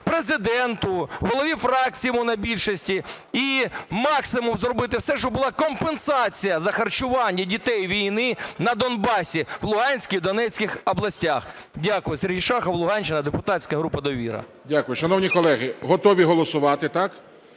Президенту, голові фракції монобільшості і максимум зробити все, щоб була компенсація за харчування дітей війни на Донбасі в Луганській і Донецькій областях. Дякую. Сергій Шахов, Луганщина, депутатська група "Довіра". ГОЛОВУЮЧИЙ. Дякую. Шановні колеги, готові голосувати, так?